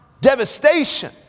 devastation